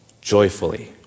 joyfully